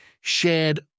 shared